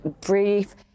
brief